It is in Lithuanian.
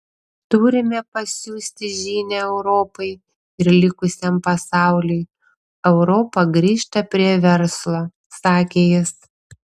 turime pasiųsti žinią europai ir likusiam pasauliui europa grįžta prie verslo sakė jis